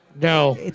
No